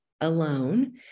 alone